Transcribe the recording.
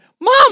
Mom